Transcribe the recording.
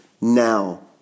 Now